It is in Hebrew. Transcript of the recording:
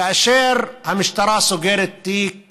כאשר המשטרה סוגרת תיק